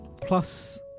plus